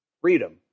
Freedom